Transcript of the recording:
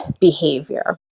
behavior